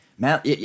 Matt